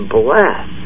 bless